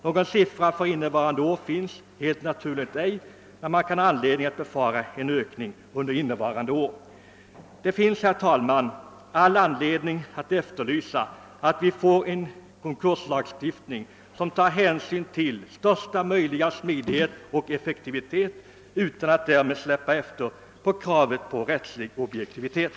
Några siffror från 1969 föreligger helt naturligt inte, men man har anledning att även för innevarande år befara en ökning. Det finns därför alla skäl att efterlysa en konkurslagstiftning som innebär största möjliga smidighet och effektivitet utan att eftersätta kraven på rättslig objektivitet.